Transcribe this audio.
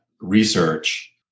research